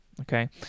okay